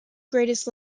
greatest